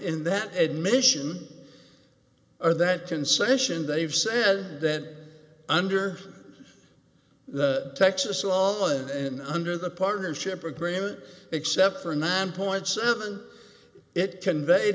in that admission or that concession they've said that under the texas law and under the partnership agreement except for nine point seven it conveyed